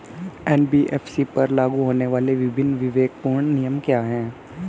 NBFC पर लागू होने वाले विभिन्न विवेकपूर्ण नियम क्या हैं?